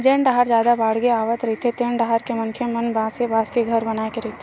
जेन डाहर जादा बाड़गे आवत रहिथे तेन डाहर के मनखे मन बासे बांस के घर बनाए के रहिथे